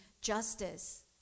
justice